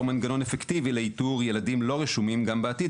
מנגנון אפקטיבי לאיתור ילדים לא רשומים גם בעתיד,